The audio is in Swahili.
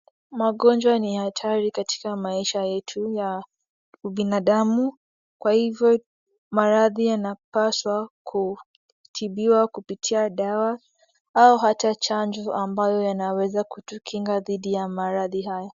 Magonjwa ni hatari katika maisha yetu ya ubinadamu kwa hivyo maradhi yanapaswa kutibiwa kupitia dawa au ata chanjo ambayo yanaweza kutukinga dhidi ya maradhi haya.